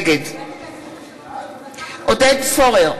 נגד עודד פורר,